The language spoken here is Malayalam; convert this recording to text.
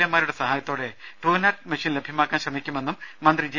എമാരുടെ സഹായത്തോടെ ട്രൂനാറ്റ് മെഷീൻ ലഭ്യമാക്കാൻ ശ്രമിക്കുമെന്നും മന്ത്രി ജെ